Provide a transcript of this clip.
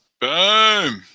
Boom